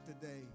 today